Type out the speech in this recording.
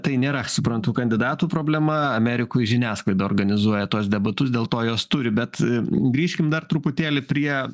tai nėra suprantu kandidatų problema amerikoj žiniasklaida organizuoja tuos debatus dėl to juos turi bet grįžkim dar truputėlį prie